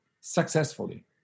successfully